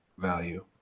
Value